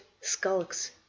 skulks